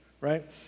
Right